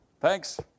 Thanks